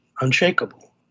unshakable